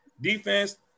Defense